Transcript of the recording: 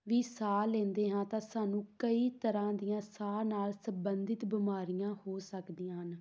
ਵੀ ਸਾਹ ਲੈਂਦੇ ਹਾਂ ਤਾਂ ਸਾਨੂੰ ਕਈ ਤਰ੍ਹਾਂ ਦੀਆਂ ਸਾਹ ਨਾਲ ਸੰਬੰਧਿਤ ਬਿਮਾਰੀਆਂ ਹੋ ਸਕਦੀਆਂ ਹਨ